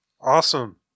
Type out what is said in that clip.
Awesome